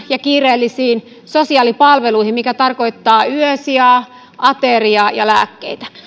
ja kiireellisiin sosiaalipalveluihin mikä tarkoittaa yösijaa ateriaa ja lääkkeitä